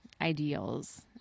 ideals